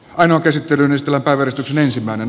aina esitti rymistellä päivän saarisen